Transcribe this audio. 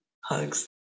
Hugs